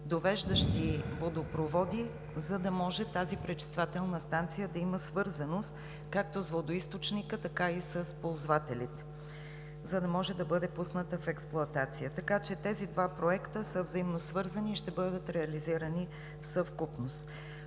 довеждащи водопроводи, за да може тази пречиствателна станция да има свързаност както с водоизточника, така и с ползвателите, за да може да бъде пусната в експлоатация. Така че тези два проекта са взаимосвързани и ще бъдат реализирани в съвкупност.